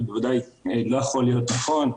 זה בוודאי לא יכול להיות נכון.